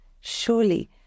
Surely